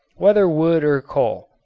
whether wood or coal.